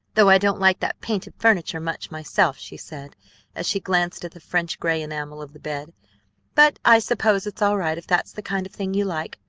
though i don't like that painted furniture much myself, she said as she glanced at the french gray enamel of the bed but i suppose it's all right if that's the kind of thing you like.